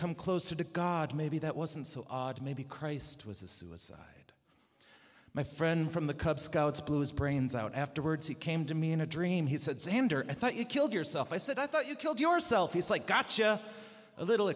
come closer to god maybe that wasn't so odd maybe christ was a suicide my friend from the cub scouts blew his brains out afterwards he came to me in a dream he said sandor and thought you killed yourself i said i thought you killed yourself it's like gotcha a little